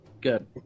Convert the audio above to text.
Good